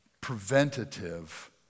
preventative